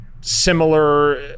similar